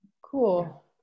cool